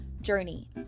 journey